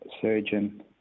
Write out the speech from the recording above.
surgeon